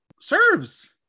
serves